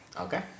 Okay